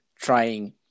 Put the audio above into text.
trying